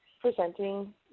presenting